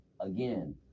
again